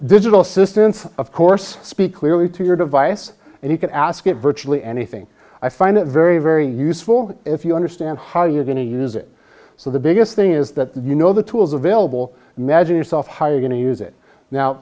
digital assistants of course speak clearly to your device and you can ask it virtually anything i find it very very useful if you understand how you're going to use it so the biggest thing is that you know the tools available imagine yourself how you're going to use it now